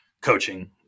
coaching